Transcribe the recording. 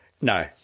No